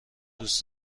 دوست